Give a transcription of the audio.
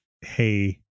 hey